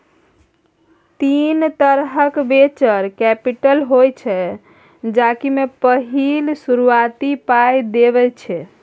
तीन तरहक venture capital होइ छै जाहि मे पहिल शुरुआती पाइ देब छै